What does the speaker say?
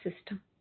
system